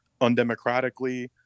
undemocratically